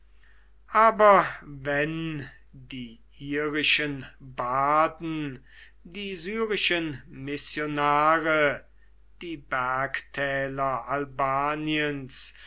aber wenn die irischen barden die syrischen missionare die bergtäler